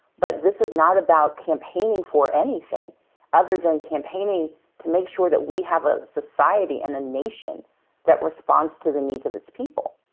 but this is not about campaigning for anything other than campaigning to make sure that we have a society and a nation that responds to the needs of its people.